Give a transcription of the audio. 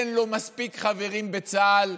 אין לו מספיק חברים בצה"ל.